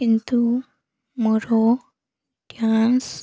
କିନ୍ତୁ ମୋର ଡ୍ୟାାନ୍ସ